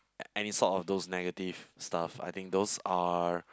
and it sort of those negative stuff I think those are